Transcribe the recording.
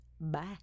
Bye